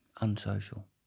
unsocial